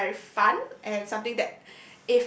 something very fun and something that